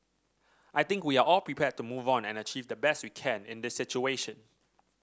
I think we are all prepared to move on and achieve the best we can in this situation